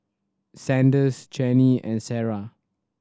Sanders Chaney and Sarrah